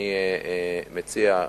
אני מציע,